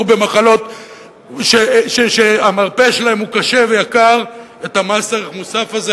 במחלות שהמרפא שלהן הוא קשה ויקר את המס-ערך-מוסף הזה?